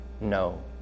No